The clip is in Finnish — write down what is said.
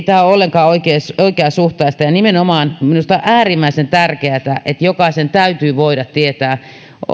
tämä ole ollenkaan oikeasuhtaista ja nimenomaan minusta on äärimmäisen tärkeätä että jokaisen täytyy voida tietää